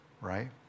right